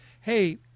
hey